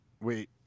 Wait